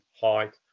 height